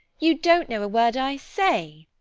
you don't know a word i say,